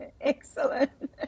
Excellent